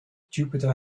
jupiter